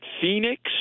Phoenix